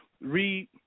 read